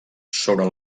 sobre